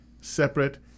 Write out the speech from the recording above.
separate